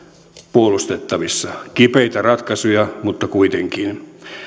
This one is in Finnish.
puolustettavissa kipeitä ratkaisuja mutta kuitenkin